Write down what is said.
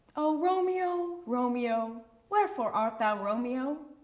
o romeo, romeo, wherefore art thou romeo?